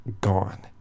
Gone